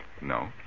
No